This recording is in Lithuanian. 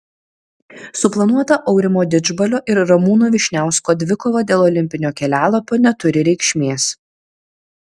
suplanuota aurimo didžbalio ir ramūno vyšniausko dvikova dėl olimpinio kelialapio neturi reikšmės